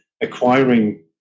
Acquiring